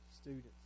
students